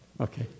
okay